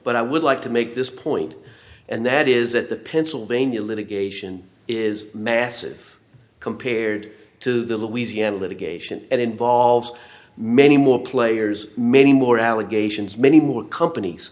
but i would like to make this point and that is that the pennsylvania litigation is massive compared to the louisiana litigation and involves many more players many more allegations many more companies